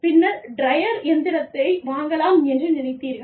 பின்னர் டிரையர் இயந்திரத்தை வாங்கலாம் என்று நினைத்தீர்கள்